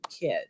kid